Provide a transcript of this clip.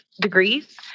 Degrees